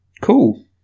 Cool